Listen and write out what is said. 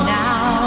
now